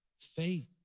faith